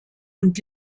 und